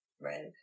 Red